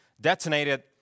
detonated